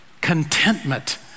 contentment